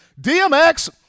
DMX